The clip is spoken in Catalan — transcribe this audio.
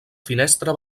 finestra